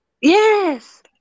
Yes